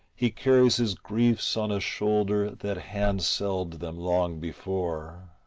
he carries his griefs on a shoulder that handselled them long before.